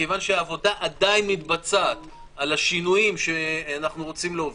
מכיוון שהעבודה עדיין מתבצעת על השינויים שאנחנו רוצים להוביל,